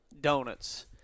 donuts